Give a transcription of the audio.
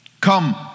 Come